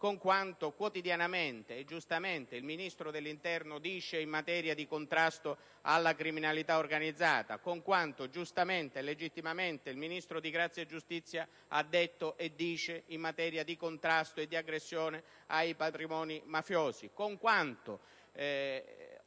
con quanto quotidianamente e giustamente il Ministro dell'interno dichiara in materia di contrasto alla criminalità organizzata, con quanto giustamente e legittimamente il Ministro della giustizia afferma in materia di contrasto e di aggressione ai patrimoni mafiosi, con quanto